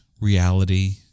reality